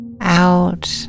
out